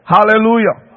Hallelujah